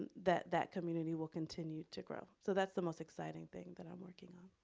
and that that community will continue to grow. so that's the most exciting thing that i'm working on.